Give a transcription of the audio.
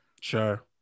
Sure